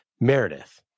Meredith